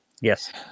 Yes